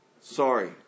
Sorry